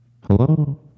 Hello